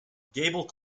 gable